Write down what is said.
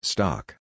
Stock